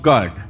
God